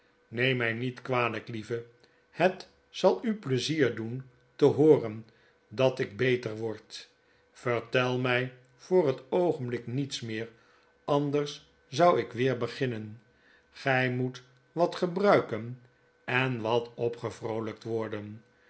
neem mi niet kwalijk lieve het zal u pleizier doen tebooren dat ikbeter word yertel mil voor het oogenblik niets meer anders zou ik weer beginnen gy moet wat gebruiken en wat opgevroolyktworden wat